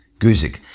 Guzik